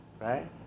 Right